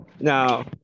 Now